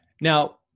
now